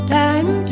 time